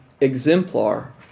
exemplar